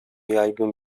yaygın